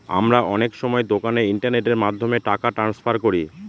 আমরা অনেক সময় দোকানে ইন্টারনেটের মাধ্যমে টাকা ট্রান্সফার করি